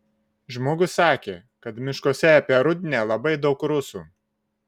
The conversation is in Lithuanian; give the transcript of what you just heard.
žmogus sakė kad miškuose apie rudnią labai daug rusų